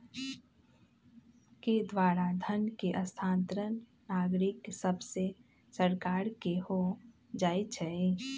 के द्वारा धन के स्थानांतरण नागरिक सभसे सरकार के हो जाइ छइ